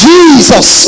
Jesus